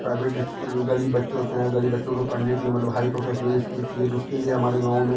private school ग़रीब बच्चे होते हैं ग़रीब बच्चों के पढ़ने के लिए मतलब हाई प्रोफेसनल इस्कूल चहिए तो उसके लिए हमारे गाँव में